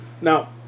Now